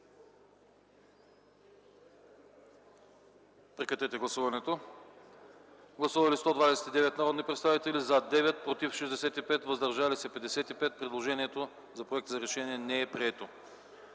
парламентарна етика.” Гласували 129 народни представители: за 9, против 65, въздържали се 55. Предложението за проект за решение не е прието.